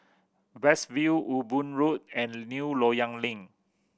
West View Ewe Boon Road and New Loyang Link